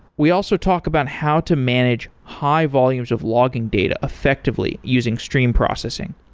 we also talk about how to manage high volumes of logging data effectively using stream processing.